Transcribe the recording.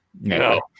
No